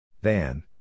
Van